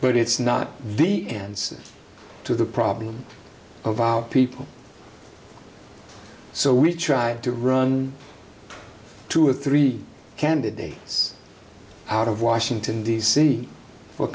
but it's not the answer to the problem of our people so we tried to run two or three candidates out of washington d c for